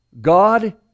God